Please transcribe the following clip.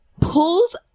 pulls